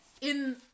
in-